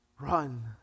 Run